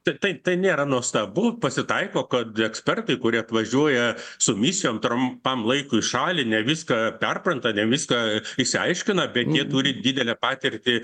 tai tai tai nėra nuostabu pasitaiko kad ekspertai kurie atvažiuoja su misijom trumpam laikui į šalį ne viską perpranta ne viską išsiaiškina bet jie turi didelę patirtį